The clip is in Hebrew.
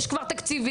יש כבר תקציבים.